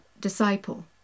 disciple